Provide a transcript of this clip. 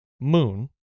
moon